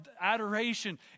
adoration